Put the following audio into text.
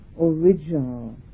original